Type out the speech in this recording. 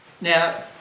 now